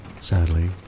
Sadly